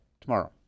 tomorrow